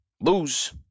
Lose